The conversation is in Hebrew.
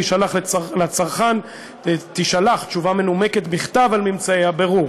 וישלח לצרכן תשובה מנומקת בכתב על ממצאי הבירור.